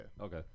Okay